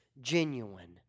genuine